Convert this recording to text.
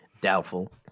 Doubtful